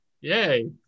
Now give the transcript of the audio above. yay